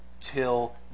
till